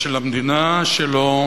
ושלמדינה שלו